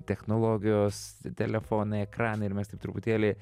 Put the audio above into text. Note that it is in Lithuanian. technologijos telefonai ekranai ir mes taip truputėlį